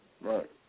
Right